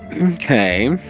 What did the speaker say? Okay